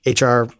HR